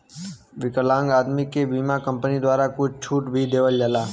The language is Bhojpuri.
विकलांग आदमी के बीमा कम्पनी द्वारा कुछ छूट भी देवल जाला